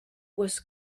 was